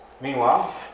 Meanwhile